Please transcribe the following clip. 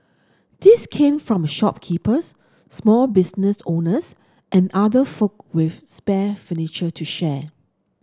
these came from shopkeepers small business owners and other folk with spare furniture to share